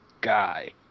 guy